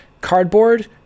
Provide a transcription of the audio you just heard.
Cardboard